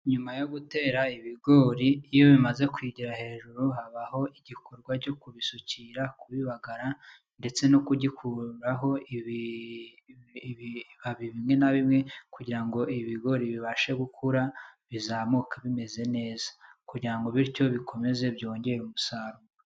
Nyuma yo gutera ibigori iyo bimaze kwigira hejuru habaho igikorwa cyo kubisukira, kubibagara ndetse no kugikuraho ibibabi bimwe na bimwe kugirango ibigori bibashe gukura bizamuke bimeze neza, kugira ngo bityo bikomeze byongere umusaruro.